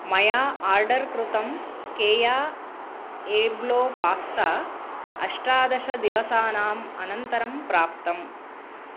मया आर्डर् कृतं केया एब्लो पास्ता अष्टादशदिवसानाम् अनन्तरं प्राप्तम्